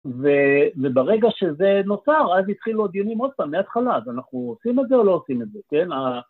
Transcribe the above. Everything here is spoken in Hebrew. וברגע שזה נוצר, אז התחילו הדיונים עוד פעם, מההתחלה, אז אנחנו עושים את זה או לא עושים את זה, כן?